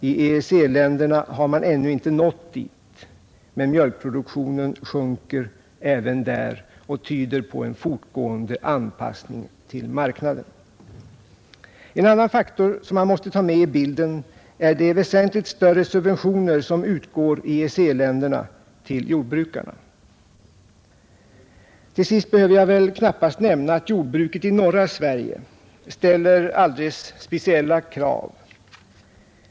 I EEC-länderna har man ännu inte nått dit, men mjölkproduktionen sjunker även där och tyder på en fortgående anpassning till marknaden, En annan faktor som man måste ta med i bilden är de väsentligt större subventioner som utgår i EEC-länderna till jordbrukarna, Till sist behöver jag väl knappast nämna att jordbruket i norra Sverige ställer alldeles speciella krav.